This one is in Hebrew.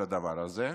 כל הדבר הזה?